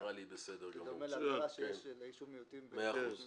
זה דומה להגדרה שיש --- מאה אחוז,